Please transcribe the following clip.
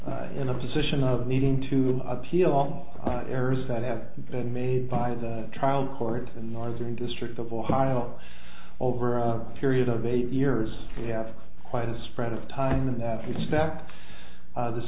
is in a position of needing to appeal all errors that have been made by the trial court in northern district of ohio over a period of eight years we have quite a spread of time in that respect this